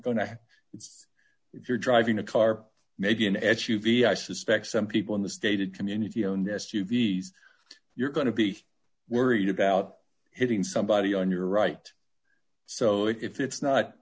it's if you're driving a car maybe an s u v i suspect some people in the stated community owned s u v s you're going to be worried about hitting somebody on your right so if it's not